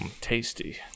tasty